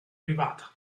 privata